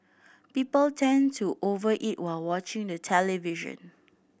people tend to over eat while watching the television